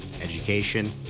education